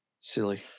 Silly